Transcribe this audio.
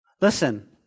Listen